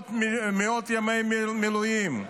מאות ימי מילואים.